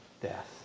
death